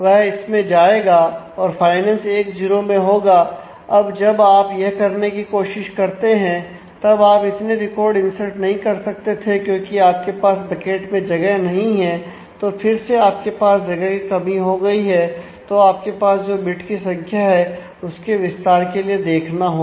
वह इसमें जाएगा और फाइनेंस 10 में होगा अब जब आप यह करने की कोशिश करते हैं तब आप इतने रिकॉर्ड इंसर्ट नहीं कर सकते थे क्योंकि आपके पास बकेट में जगह नहीं है तो फिर से आप के पास जगह की कमी हो गई है तो आपके पास जो बिट की संख्या है उसके विस्तार के लिए देखना होगा